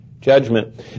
judgment